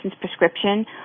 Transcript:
prescription